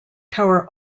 tower